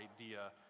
idea